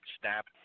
snap